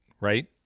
right